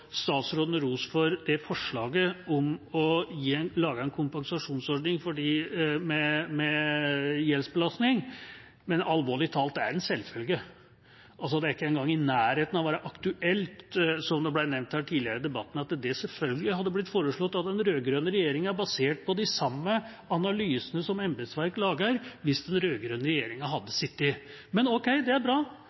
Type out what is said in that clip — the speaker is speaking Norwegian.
statsråden ros for forslaget om å lage en kompensasjonsordning for dem med gjeldsbelastning, men alvorlig talt, det er en selvfølge. Det er ikke engang i nærheten av å være aktuelt, som det ble nevnt her tidligere i debatten. Det hadde selvfølgelig blitt foreslått av den rød-grønne regjeringa basert på de samme analysene som embetsverket lager, hvis den rød-grønne regjeringa hadde sittet. Men ok, det er bra,